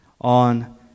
on